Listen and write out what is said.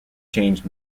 changed